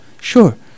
sure